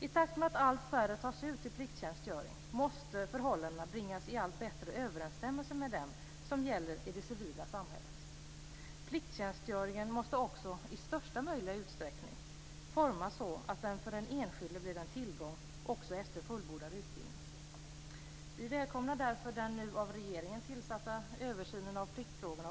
I takt med att allt färre tas ut till plikttjänstgöring måste förhållandena bringas i allt bättre överensstämmelse med dem som gäller i det civila samhället. Plikttjänstgöringen måste också i största möjliga utsträckning formas så att den för den enskilde blir en tillgång också efter fullbordad utbildning. Vi välkomnar därför den nu av regeringen tillsatta översynen av pliktfrågorna.